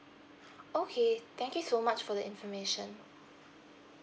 okay thank you so much for the information